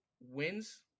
wins